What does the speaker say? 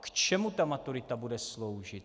K čemu ta maturita bude sloužit?